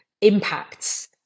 impacts